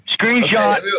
Screenshot